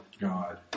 God